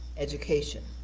education.